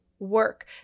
work